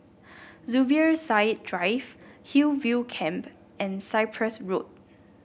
Zubir Said Drive Hillview Camp and Cyprus Road